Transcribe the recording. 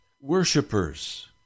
worshippers